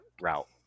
route